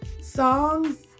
Songs